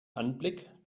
anblick